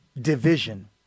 division